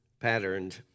patterned